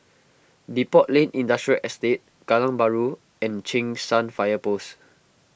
Depot Lane Industrial Estate Kallang Bahru and Cheng San Fire Post